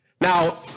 Now